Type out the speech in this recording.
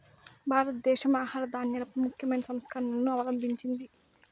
భారతదేశం ఆహార ధాన్యాలపై ముఖ్యమైన సంస్కరణలను అవలంభించింది